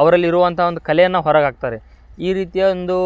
ಅವರಲ್ಲಿರುವಂತ ಒಂದು ಕಲೆಯನ್ನು ಹೊರಗೆ ಹಾಕ್ತಾರೆ ಈ ರೀತಿಯ ಒಂದು